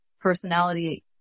personality